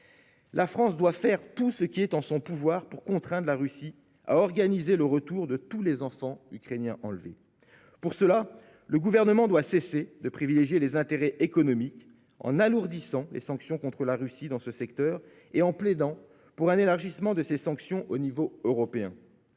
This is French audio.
La France doit faire tout ce qui est en son pouvoir pour contraindre la Russie à organiser le retour de tous les enfants ukrainiens enlevés. Pour ce faire, le Gouvernement doit cesser de privilégier les intérêts économiques en alourdissant les sanctions contre la Russie dans ce secteur et en plaidant pour leur élargissement à l'échelon européen.